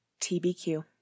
TBQ